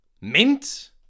Mint